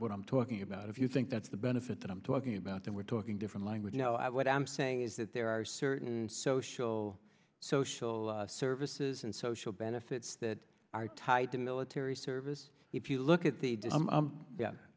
what i'm talking about if you think that's the benefit that i'm talking about and we're talking different language you know i what i'm saying is that there are certain social social services and social benefits that are tied to military service if you look at the